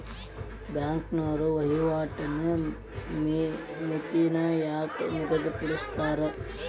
ಬ್ಯಾಂಕ್ನೋರ ವಹಿವಾಟಿನ್ ಮಿತಿನ ಯಾಕ್ ನಿಗದಿಪಡಿಸ್ತಾರ